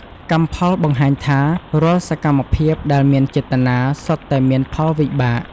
កម្មផលបង្ហាញថា រាល់សកម្មភាពដែលមានចេតនា សុទ្ធតែមានផលវិបាក។